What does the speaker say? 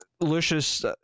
Lucius